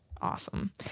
Awesome